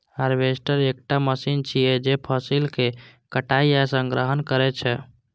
harvester एकटा machine छियै, जे फसलक कटाइ आ संग्रहण करै छै